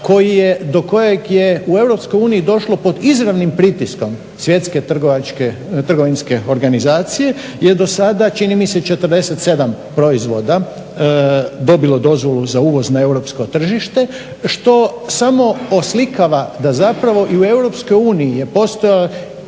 do kojeg je u EU došlo pod izravnim pritiskom WTO-a je dosada čini mi se 47 proizvoda dobilo dozvolu za uvoz na europsko tržište što samo oslikava da zapravo i u EU je postojao